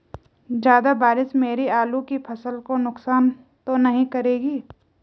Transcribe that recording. ज़्यादा बारिश मेरी आलू की फसल को नुकसान तो नहीं करेगी?